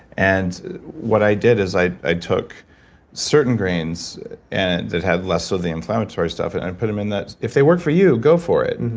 and what i did is i i took certain grains and that had less of the inflammatory stuff, i and put them in that if they work for you, go for it. and